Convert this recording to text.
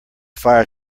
fire